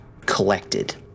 collected